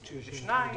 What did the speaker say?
השני,